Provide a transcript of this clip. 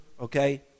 okay